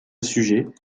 sujet